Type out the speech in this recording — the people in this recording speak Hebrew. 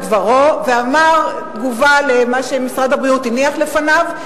דברו בתגובה על מה שמשרד הבריאות הניח לפניו,